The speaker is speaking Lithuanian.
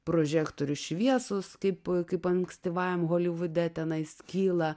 prožektorių šviesos taip kaip ankstyvajam holivude tenai skyla